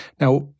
Now